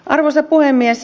arvoisa puhemies